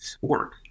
work